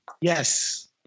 Yes